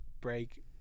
break